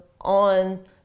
on